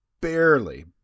barely